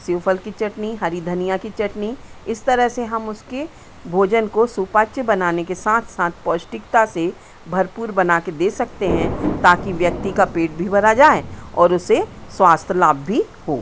सेब फल की चटनी हरी धनिया की चटनी इस तरह से हम उसके भोजन को सुपाच्य बनाने के साथ साथ पौष्टिकता से भरपूर बना के दे सकते हैं ताकि व्यक्ति का पेट भी भरा जाए और उसे स्वास्थ्य लाभ भी हो